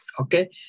Okay